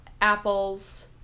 apples